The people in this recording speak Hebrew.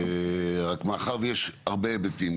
רק מאחר ויש הרבה היבטים,